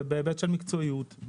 בהיבט של מקצועיות,